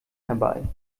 herbei